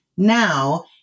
Now